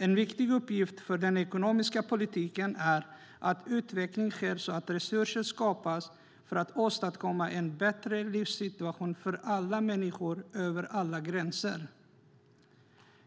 En viktig uppgift för den ekonomiska politiken handlar om att det sker en utveckling så att resurser skapas för att åstadkomma en bättre livssituation för alla människor, över alla gränser.